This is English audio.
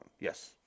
Yes